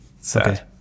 Sad